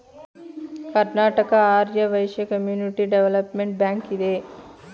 Karnataka Arya Vaishya community development bank ಇದೆ